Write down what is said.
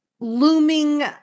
looming